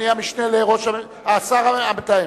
השר המתאם,